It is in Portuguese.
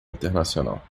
internacional